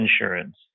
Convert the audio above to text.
insurance